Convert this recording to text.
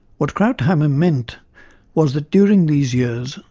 what krauthammer meant was that during these years,